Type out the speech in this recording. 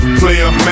player